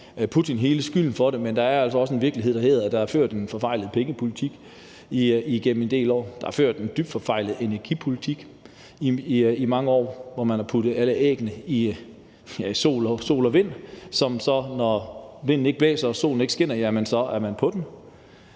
Putin hele skylden for det, men der er altså også en virkelighed, der handler om, at der er ført en forfejlet pengepolitik igennem en del år. Der er ført en dybt forfejlet energipolitik i mange år, hvor man har lagt alle æggene i sol og vind-kurven, og når så solen ikke skinner og vinden ikke blæser, er man på den.